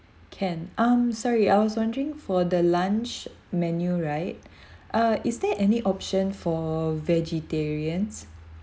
can um sorry I was wondering for the lunch menu right uh is there any option for vegetarians